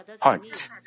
heart